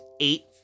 eight